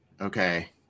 Okay